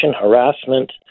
harassment